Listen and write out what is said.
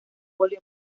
volvió